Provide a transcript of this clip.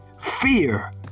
fear